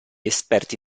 esperti